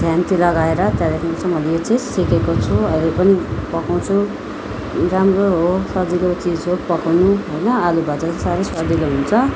ध्यान चाहिँ लगाएर त्यहाँदेखि मैले यो चाहिँ सिकेको छु अरू पनि पकाउँछु राम्रो हो सजिलो चिज हो पकाउनु होइन आलु भाजा साह्रै स्वादिलो हुन्छ